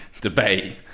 debate